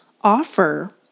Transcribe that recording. offer